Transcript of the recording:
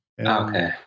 Okay